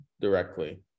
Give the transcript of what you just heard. directly